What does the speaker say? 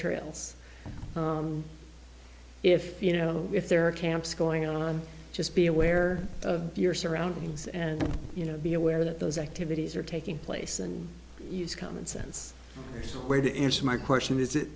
trails if you know if there are camps going on just be aware of your surroundings and you know be aware that those activities are taking place and use common sense where the answer my question is